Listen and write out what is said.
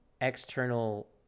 external